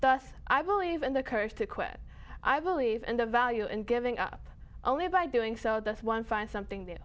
thus i believe in the courage to quit i believe and the value in giving up only by doing so does one find something that